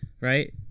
right